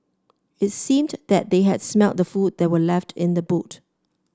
it seemed that they had smelt the food that were left in the boot